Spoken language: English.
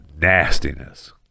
nastiness